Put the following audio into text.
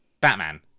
batman